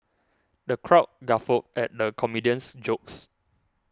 the crowd guffawed at the comedian's jokes